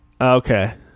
Okay